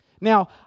Now